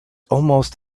almost